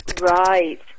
Right